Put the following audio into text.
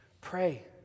Pray